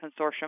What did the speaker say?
consortium